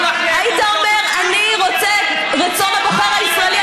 היית אומר: אני רוצה את רצון הבוחר הישראלי.